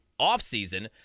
offseason